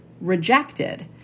rejected